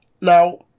Now